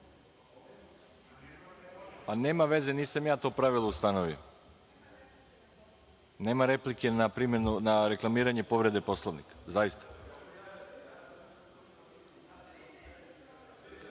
veze, nisam ja to pravilo ustanovio. Nema replike na reklamiranje povrede Poslovnika, zaista. Inače,